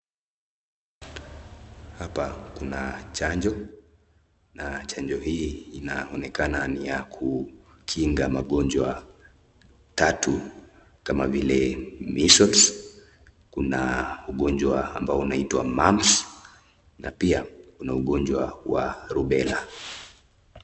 Hapa kuna chanjo na chanjo hii inaonekana ni ya kukinga magonjwa tatu kama vile measles , kuna ugonjwa ambao unaitwa mumps , na pia kuna ugonjwa wa rubella .